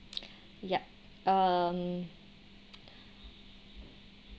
yup um